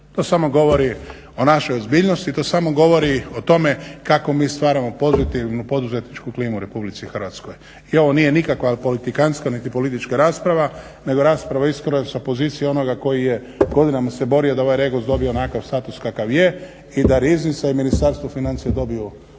To samo govori o našoj ozbiljnosti, to samo govori o tome kako mi stvaramo pozitivnu poduzetničku klimu u Republici Hrvatskoj. I ovo nije nikakva politikantska, niti politička rasprava, nego rasprava iskreno sa pozicije onoga koji je godinama se borio da ovaj REGOS dobije onakav status kakav je i da Riznica i Ministarstvo financija dobiju